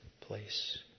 place